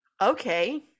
Okay